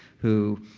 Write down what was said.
who.